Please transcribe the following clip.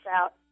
out